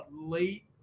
late